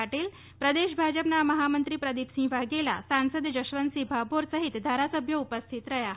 પાટીલ પ્રદેશ ભાજપના મહામંત્રી પ્રદીપસિંહ વાઘેલા સાંસદ જસવંતસિંહ ભાભોર સહિત ધારાસભ્યો ઉપસ્થિત રહ્યા હતા